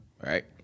Right